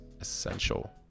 essential